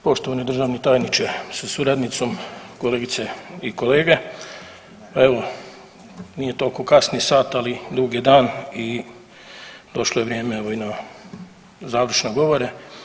Poštovani državni tajniče sa suradnicom, kolegice i kolege, pa evo nije toliko kasni sat ali dug je dan i došlo je vrijeme evo i na završne govore.